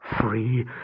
free